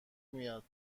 میاد